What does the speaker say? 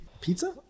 Pizza